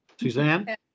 Suzanne